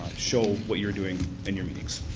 show what you're doing in your meetings.